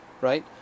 right